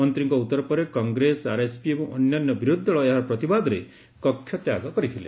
ମନ୍ତ୍ରୀଙ୍କ ଉତର ପରେ କଂଗ୍ରେସ ଆର୍ଏସ୍ପି ଏବଂ ଅନ୍ୟାନ୍ୟ ବିରୋଧି ଦଳ ଏହାର ପ୍ରତିବାଦରେ କକ୍ଷତ୍ୟାଗ କରିଥିଲେ